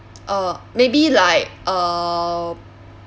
uh maybe like uh